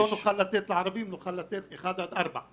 לא הולך לקחת את הכסף הזה